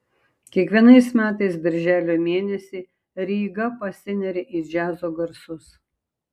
kiekvienais metais birželio mėnesį ryga pasineria į džiazo garsus